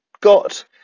got